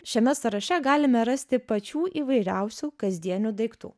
šiame sąraše galime rasti pačių įvairiausių kasdienių daiktų